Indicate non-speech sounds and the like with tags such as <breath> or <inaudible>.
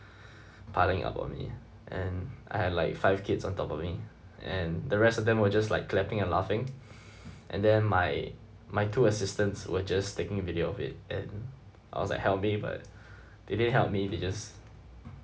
<breath> piling up on me and I had like five kids on top of me and the rest of them were just like clapping and laughing <breath> and then my my two assistants were just taking a video of it and I was like help me but they didn't help me they just